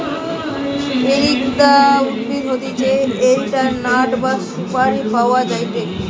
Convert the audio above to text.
areca উদ্ভিদ হইতে areca nut বা সুপারি পাওয়া যায়টে